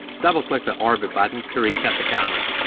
double click the orbit button to reset the camera.